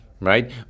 right